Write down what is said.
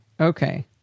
Okay